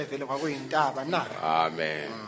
Amen